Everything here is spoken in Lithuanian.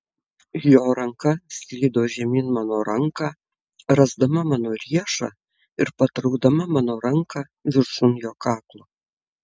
jo ranka slydo žemyn mano ranką rasdama mano riešą ir patraukdama mano ranką viršun jo kaklo